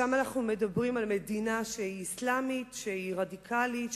שם אנחנו מדברים על מדינה אסלאמית רדיקלית,